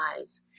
eyes